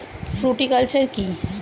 Fruticulture কী?